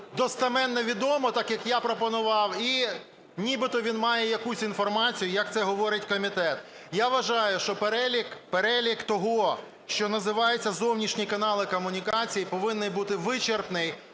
достеменно відомо, так, як я пропонував, і нібито він має якусь інформацію, як це говорить комітет. Я вважаю, що перелік того, що називається "зовнішні канали комунікацій" повинен бути вичерпний,